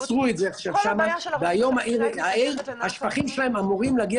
-- והם יצרו את זה עכשיו שם והיום השפכים שלהם אמורים להגיע